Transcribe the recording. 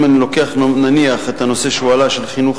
הזאת, אני לא זוכר אם זה היה השבוע או בשבוע שעבר,